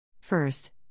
First